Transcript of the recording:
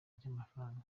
ry’amafaranga